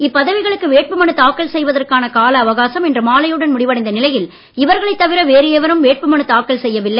இப்பதவிகளுக்கு வேட்புமனு தாக்கல் செய்வதற்கான கால அவகாசம் இன்று மாலையுடன் முடிவடைந்த நிலையில் இவர்களைத் தவிர வேறு எவரும் வேட்புமனு தாக்கல் செய்யவில்லை